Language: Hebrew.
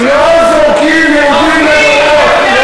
לא זורקים יהודים לבורות.